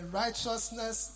righteousness